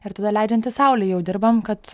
ir tada leidžiantis saulei jau dirbam kad